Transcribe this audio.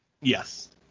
Yes